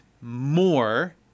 more